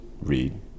read